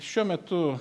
šiuo metu